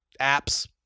apps